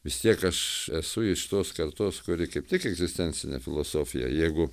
vis tiek aš esu iš tos kartos kuri kaip tik egzistencinė filosofija jeigu